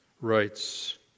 writes